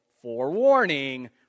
Forewarning